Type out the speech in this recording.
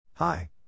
Hi